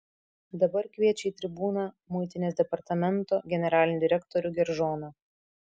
dabar kviečia į tribūną muitinės departamento generalinį direktorių geržoną